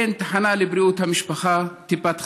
אין תחנה לבריאות המשפחה, טיפת חלב.